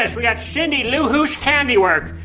we got cindy lou who's handiwork.